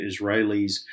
Israelis